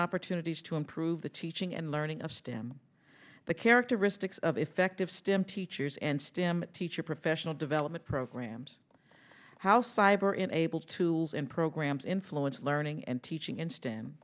opportunities to improve the teaching and learning of stem the characteristics of effective stem teachers and stem teacher professional development programs how cyber enables to him programs influence learning and teaching instan